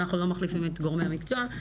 אנחנו לא מחליפים את גורמי המקצוע.